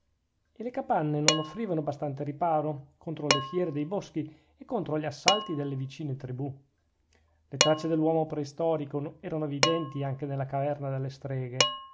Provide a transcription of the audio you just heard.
e le capanne non offrivano bastante riparo contro le fiere dei boschi o contro gli assalti delle vicine tribù le tracce dell'uomo preistorico erano evidenti anche nella caverna delle streghe